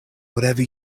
whatever